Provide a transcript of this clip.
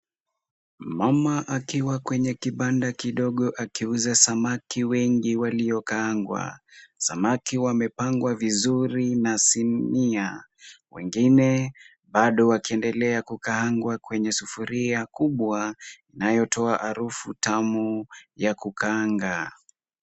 Mama akiwa kwenye kibanda kidogo akiuza samaki wengi waliokaangwa. Samaki wamepangwa vizuri na sinia, wengine bado wakiendelea kukaangwa kwenye sufuria kubwa inayotoa harufu tamu ya kukaanga.